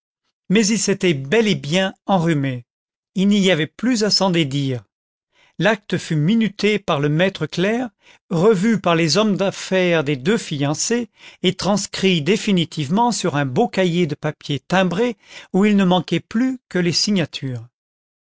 mais il s'était bel et bien enrhumé il n'y avait plus à s'en dédire l'acte fut minuté par le maître clerc revu par les hommes d'affaires des deux fian cés et transcrit définitivement sur un beau cahier de papier timbré où il ne manquait plus que les signatures